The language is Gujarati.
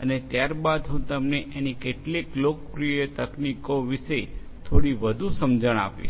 અને ત્યારબાદ હું તમને એની કેટલીક લોકપ્રિય તકનીકો વિશે થોડી વધુ સમજણ આપીશ